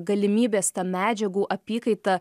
galimybės ta medžiagų apykaita